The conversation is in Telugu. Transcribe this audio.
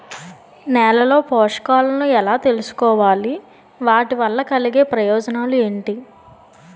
నేలలో పోషకాలను ఎలా తెలుసుకోవాలి? వాటి వల్ల కలిగే ప్రయోజనాలు ఏంటి?